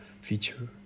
feature